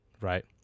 right